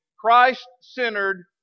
Christ-centered